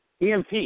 EMP